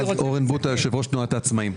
אני יושב-ראש תנועת העצמאים.